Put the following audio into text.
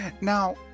Now